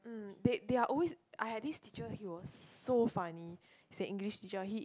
they they are always I had this teacher he was so funny he's an English teacher he